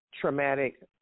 traumatic